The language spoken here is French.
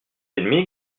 ennemis